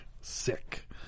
Sick